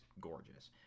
gorgeous